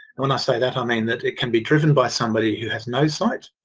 when i say that i mean that it can be driven by somebody who has no sight.